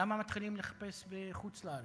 למה מתחילים לחפש בחוץ-לארץ.